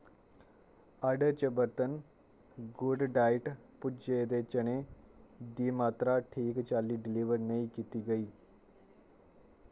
order च बर्तन गुड डाइट भुज्जे दे चने दी मात्तरा ठीक चाल्ली डलीवर नेईं कीती गेई